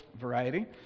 variety